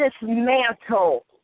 dismantle